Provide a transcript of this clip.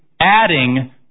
adding